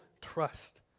trust